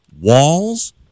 walls